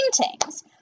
paintings